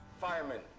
firemen